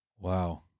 Wow